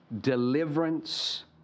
deliverance